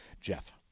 Jeff